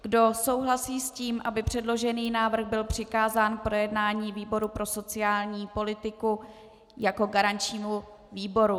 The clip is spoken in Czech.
Kdo souhlasí s tím, aby předložený návrh byl přikázán k projednání výboru pro sociální politiku jako garančnímu výboru?